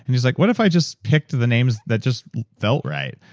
and he's like what if i just picked the names that just felt right?